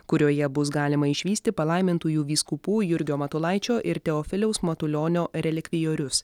kurioje bus galima išvysti palaimintųjų vyskupų jurgio matulaičio ir teofiliaus matulionio relikvijorius